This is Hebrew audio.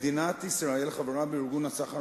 מדינת ישראל חברה בארגון הסחר